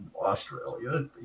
Australia